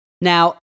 Now